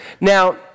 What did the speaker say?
Now